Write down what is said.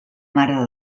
mare